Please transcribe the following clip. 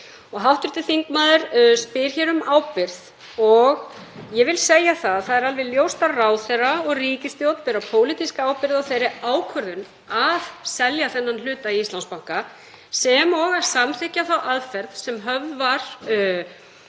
Hv. þingmaður spyr hér um ábyrgð og ég vil segja að það er alveg ljóst að ráðherra og ríkisstjórn bera pólitíska ábyrgð á þeirri ákvörðun að selja þennan hluta Íslandsbanka sem og að samþykkja þá aðferð sem ákveðin var að